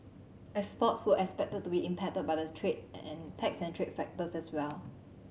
exports who expected to be impacted by the trade and tax trade factor as well